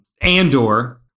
Andor